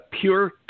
pure